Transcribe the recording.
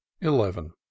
eleven